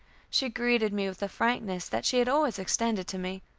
she greeted me with the frankness that she had always extended to me,